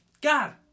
God